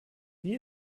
wie